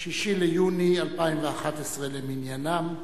6 ביוני 2011 למניינם,